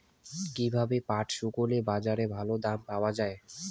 কীভাবে পাট শুকোলে বাজারে ভালো দাম পাওয়া য়ায়?